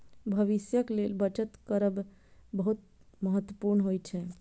भविष्यक लेल बचत करब बहुत महत्वपूर्ण होइ छै